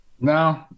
No